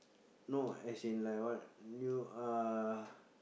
no as in like what you uh